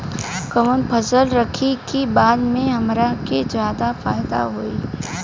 कवन फसल रखी कि बाद में हमरा के ज्यादा फायदा होयी?